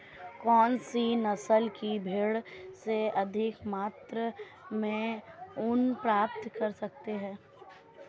कौनसी नस्ल की भेड़ से अधिक मात्रा में ऊन प्राप्त कर सकते हैं?